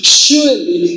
surely